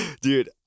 dude